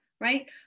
right